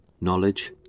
knowledge